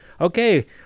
okay